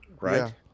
Right